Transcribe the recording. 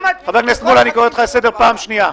חבר הכנסת מולא, אני קורא אותך לסדר בפעם השנייה.